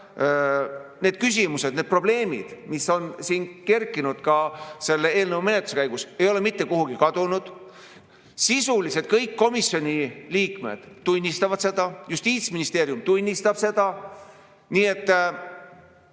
Need küsimused, need probleemid, mis on siin kerkinud ka selle eelnõu menetluse käigus, ei ole mitte kuhugi kadunud. Sisuliselt kõik komisjoni liikmed tunnistavad seda, Justiitsministeerium tunnistab seda. Nii et